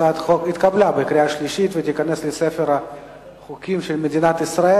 הצעת החוק התקבלה בקריאה שלישית ותיכנס לספר החוקים של מדינת ישראל.